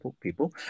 people